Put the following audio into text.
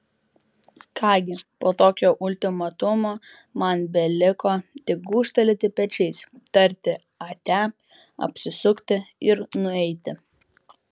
ką gi po tokio ultimatumo man beliko tik gūžtelėti pečiais tarti ate apsisukti ir nueiti